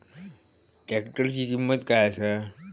ट्रॅक्टराची किंमत काय आसा?